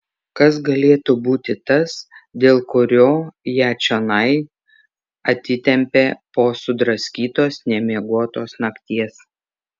kas galėtų būti tas dėl kurio ją čionai atitempė po sudraskytos nemiegotos nakties